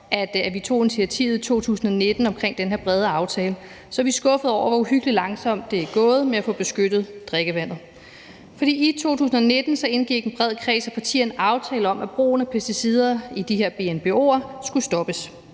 at vi tog initiativet i 2019 omkring den her brede aftale – er vi skuffede over, hvor uhyggelig langsomt det er gået med at få beskyttet drikkevandet. For i 2019 indgik en bred kreds af partier en aftale om, at brugen af pesticider i de her BNBO'er skulle stoppes.